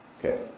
Okay